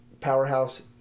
powerhouse